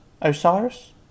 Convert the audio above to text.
Osiris